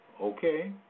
Okay